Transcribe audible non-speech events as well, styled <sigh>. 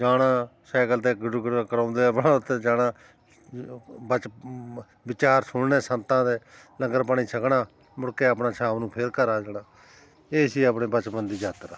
ਜਾਣਾ ਸਾਈਕਲ 'ਤੇ ਗੁੜ ਗੁੜ ਕਰਵਾਉਂਦੇ ਆਪਣਾ ਉੱਥੇ ਜਾਣਾ <unintelligible> ਬਚ ਵਿਚਾਰ ਸੁਣਨੇ ਸੰਤਾਂ ਦੇ ਲੰਗਰ ਪਾਣੀ ਛਕਣਾ ਮੁੜ ਕੇ ਆਪਣਾ ਸ਼ਾਮ ਨੂੰ ਫਿਰ ਘਰ ਆ ਜਾਣਾ ਇਹ ਸੀ ਆਪਣੇ ਬਚਪਨ ਦੀ ਯਾਤਰਾ